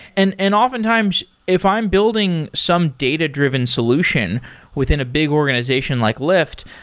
and and oftentimes, if i'm building some data-driven solution within a big organization like lyft,